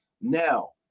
Now